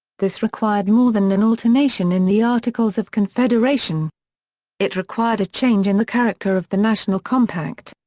this required more than an alternation in the articles of confederation it required a change in the character of the national compact.